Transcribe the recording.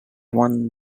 won